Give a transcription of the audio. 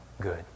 good